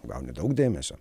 gauni daug dėmesio